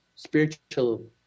Spiritual